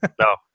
No